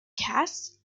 cast